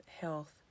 health